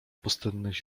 pustynnych